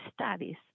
studies